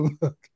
look